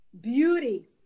beauty